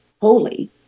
holy